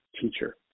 teacher